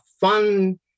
fun